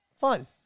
fun